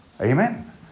Amen